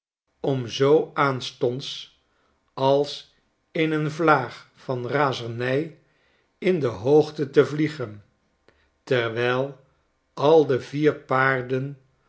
om zoo aanstonds als in een vlaag van razernij in de hoogte te vliegen terwijl al de vier paarden